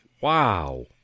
wow